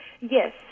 yes